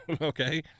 okay